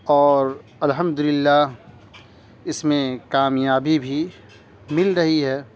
اور الحمد للہ اس میں کامیابی بھی مل رہی ہے